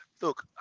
look